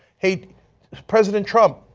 he president trump,